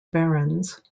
barons